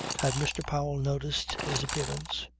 had mr. powell noticed his appearance?